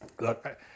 look